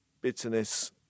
Bitterness